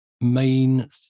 main